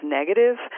negative